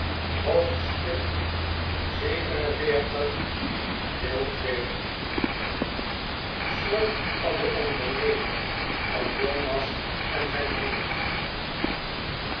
hoofdstuk xlii vervolg van de onderneming van jonas en zijn vriend